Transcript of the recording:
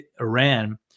Iran